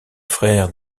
frère